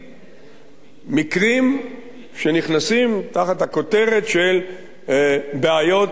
מקרים שנכנסים תחת הכותרת של בעיות הומניטריות.